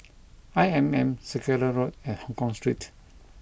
I M M Circular Road and Hongkong Street